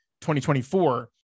2024